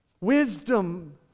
Wisdom